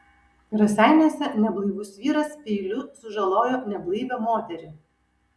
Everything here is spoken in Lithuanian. raseiniuose neblaivus vyras peiliu sužalojo neblaivią moterį